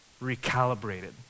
recalibrated